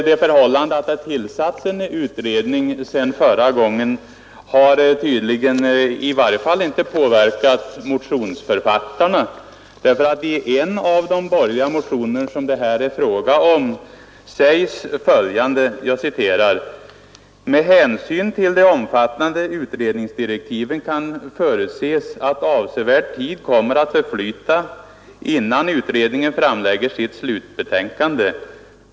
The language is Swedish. Det förhållandet att det tillsatts en utredning sedan förra gången har tydligen i varje fall inte påverkat motionsförfattarna. I en av de borgerliga motionerna i detta ärende sägs nämligen följande: ”Med hänsyn till de omfattande utredningsdirektiven kan förutses att avsevärd tid kommer att förflyta innan utredningen framlägger sitt slutbetänkande.